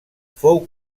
fou